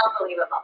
unbelievable